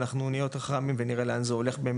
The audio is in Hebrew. אנחנו נהיה יותר חכמים ונראה לאן זה הולך.